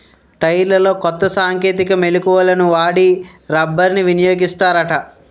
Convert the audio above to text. టైర్లలో కొత్త సాంకేతిక మెలకువలను వాడి రబ్బర్ని వినియోగిస్తారట